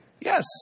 yes